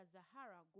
Zahara